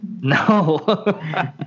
no